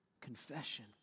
confession